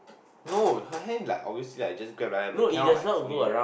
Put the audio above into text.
no her hand like always like just grab like that but cannot like fully read